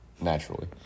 naturally